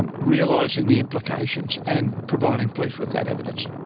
and realising the implications, and providing police with that evidence.